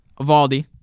Valdi